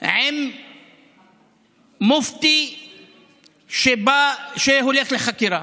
עם מופתי שהולך לחקירה.